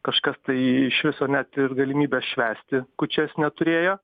kažkas tai iš viso net ir galimybės švęsti kūčias neturėjo